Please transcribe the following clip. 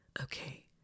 Okay